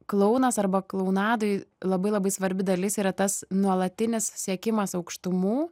klounas arba klounadai labai labai svarbi dalis yra tas nuolatinis siekimas aukštumų